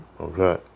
Okay